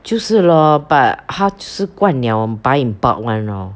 就是 lor but 她就是逛 liao will buy in bulk [one] lor